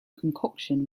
concoction